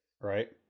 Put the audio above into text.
Right